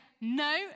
no